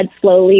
slowly